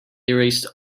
erased